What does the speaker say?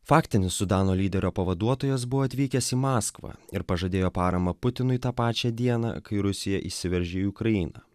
faktinis sudano lyderio pavaduotojas buvo atvykęs į maskvą ir pažadėjo paramą putinui tą pačią dieną kai rusija įsiveržė į ukrainą